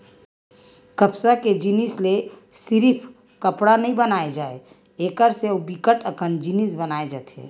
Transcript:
कपसा के जिनसि ले सिरिफ कपड़ा नइ बनाए जाए एकर से अउ बिकट अकन जिनिस बनाए जाथे